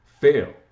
fail